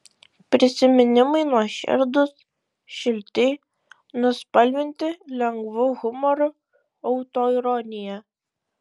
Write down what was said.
prisiminimai nuoširdūs šilti nuspalvinti lengvu humoru autoironija